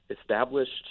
established